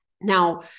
Now